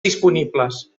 disponibles